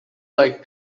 like